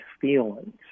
feelings